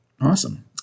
Awesome